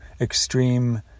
extreme